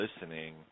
listening